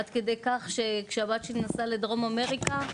עד כדי כך שכשהבת שלי נסעה לדרום אמריקה,